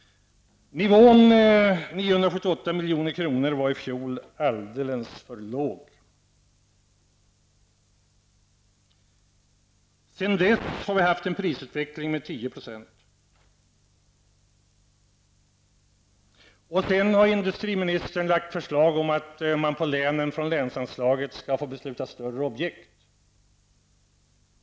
Nivån 978 milj.kr. var i fjol alldeles för låg. Sedan dess har vi haft en prisutveckling innebärande en höjning med 10 %. Industriministern har lagt fram förslag om att man i länsstyrelserna skall få fatta beslut om större projekt.